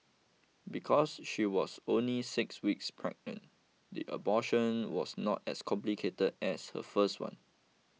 because she was only six weeks pregnant the abortion was not as complicated as her first one